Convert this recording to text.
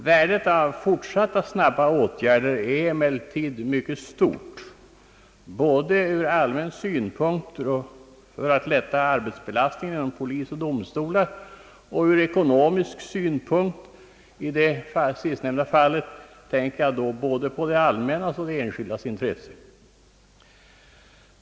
Värdet av fortsatta snabba åtgärder är likväl mycket stort, både ur allmän synpunkt för att lätta arbetsbelastningen inom polis och domstolar och ur ekonomisk synpunkt. I sistnämnda fall tänker jag på både det allmännas och den enskildes intressen.